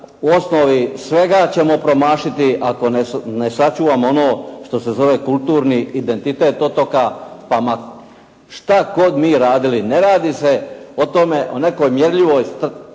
u osnovi svega ćemo promašiti ako ne sačuvamo ono što se zove kulturni identitet otoka, pa ma šta god mi radili. Ne radi se o tome, o nekoj mjerljivoj, stvarnim